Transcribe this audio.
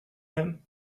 him